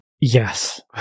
Yes